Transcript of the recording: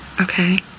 Okay